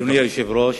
אדוני היושב-ראש,